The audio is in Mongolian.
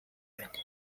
байна